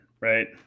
right